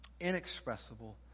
Inexpressible